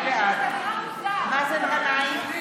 בעד מאזן גנאים,